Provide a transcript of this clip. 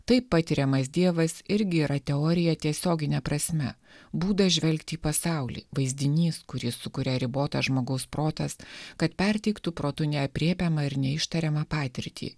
tai patiriamas dievas irgi yra teorija tiesiogine prasme būdas žvelgti į pasaulį vaizdinys kurį sukuria ribotas žmogaus protas kad perteiktų protu neaprėpiamą ir neištariamą patirtį